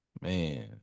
Man